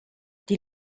die